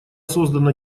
создана